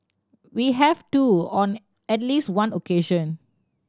we have too on at least one occasion